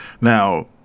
Now